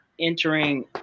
entering